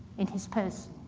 in his person,